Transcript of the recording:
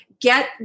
get